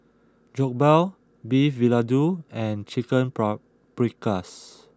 Jokbal Beef Vindaloo and Chicken Paprikas